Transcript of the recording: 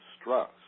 stress